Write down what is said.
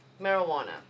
marijuana